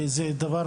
חמש,